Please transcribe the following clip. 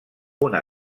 una